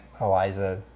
Eliza